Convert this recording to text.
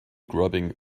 grubbing